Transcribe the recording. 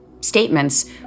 statements